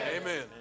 Amen